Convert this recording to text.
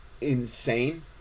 insane